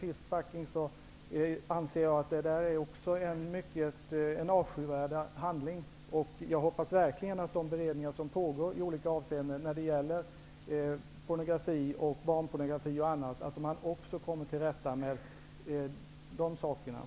Jag anser vidare att också fistfucking är en avskyvärd handling, och jag hoppas verkligen att de beredningar som pågår i olika avseenden, om pornografi, barnpornografi och annat, kommer till rätta med denna företeelse.